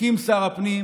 הקים שר הפנים